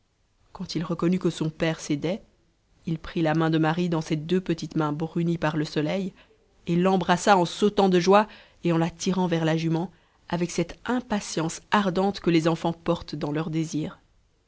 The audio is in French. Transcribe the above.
quand il reconnut que son père cédait il prit la main de marie dans ses deux petites mains brunies par le soleil et l'embrassa en sautant de joie et en la tirant vers la jument avec cette impatience ardente que les enfants portent dans leurs désirs